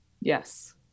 Yes